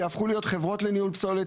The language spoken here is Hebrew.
יהפכו להיות חברות לניהול פסולת.